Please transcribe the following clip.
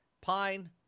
Pine